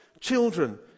children